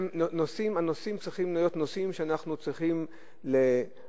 הנושאים צריכים להיות נושאים שאנחנו צריכים לשים